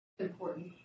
Important